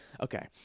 Okay